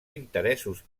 interessos